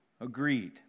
agreed